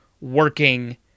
working